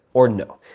or no.